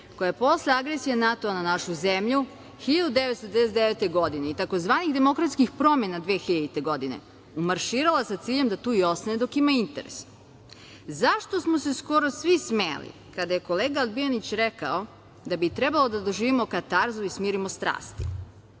koja je posle agresije NATO na našu zemlju, 1999. godine i tzv. demokratskih promena 2000. godine, umarširala sa ciljem da tu i ostane dok ima interes. Zašto smo se skoro svi smejali kada je kolega Alibijanić rekao da bi trebalo da doživimo katarzu i smirimo strasti,